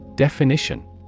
Definition